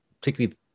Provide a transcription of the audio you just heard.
particularly